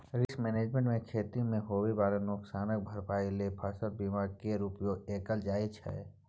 risk management मे खेती मे होइ बला नोकसानक भरपाइ लेल फसल बीमा केर उपयोग कएल जाइ छै